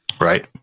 right